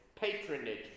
patronage